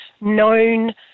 known